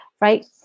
right